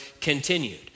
continued